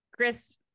Chris